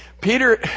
Peter